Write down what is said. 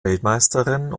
weltmeisterin